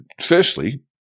Firstly